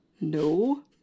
no